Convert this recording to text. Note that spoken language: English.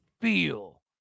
feel